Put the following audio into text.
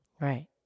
Right